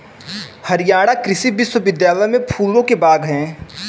हरियाणा कृषि विश्वविद्यालय में फूलों के बाग हैं